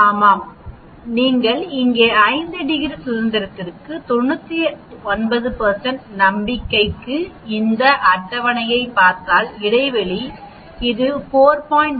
ஆமாம் நீங்கள் இங்கே 5 டிகிரி சுதந்திரத்திற்காக 99 நம்பிக்கைக்கு இங்கே அட்டவணையைப் பார்த்தால் இடைவெளி இது 4